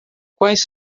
quais